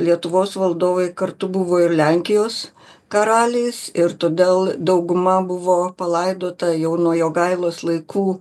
lietuvos valdovai kartu buvo ir lenkijos karaliais ir todėl dauguma buvo palaidota jau nuo jogailos laikų